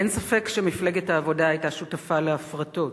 אין ספק שמפלגת העבודה היתה שותפה להפרטות.